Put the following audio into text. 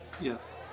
Yes